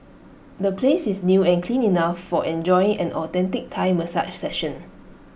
the place is new and clean enough for enjoying an authentic Thai massage session